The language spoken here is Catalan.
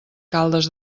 caldes